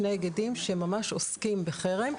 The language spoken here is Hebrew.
שני אגדים שעוסקים בחרם,